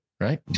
Right